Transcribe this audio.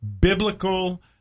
biblical